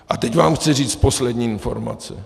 A teď vám chci říct poslední informaci.